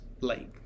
late